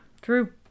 true